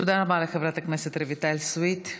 תודה רבה לחברת הכנסת רויטל סויד.